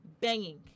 Banging